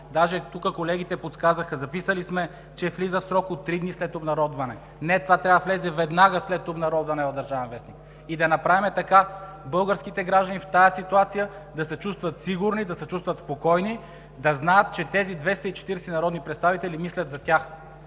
Даже тук колегите подсказаха – записали сме, че влиза в срок от три дни след обнародването. Не, това трябва да влезе веднага след обнародването в „Държавен вестник“! И да направим така – българските граждани в тази ситуация да се чувстват сигурни, да се чувстват спокойни, да знаят, че тези 240 народни представители мислят за тях!